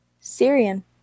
Syrian